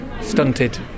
stunted